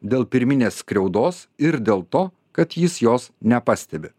dėl pirminės skriaudos ir dėl to kad jis jos nepastebi